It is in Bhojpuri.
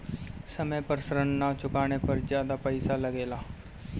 समय पर ऋण ना चुकाने पर ज्यादा पईसा लगेला?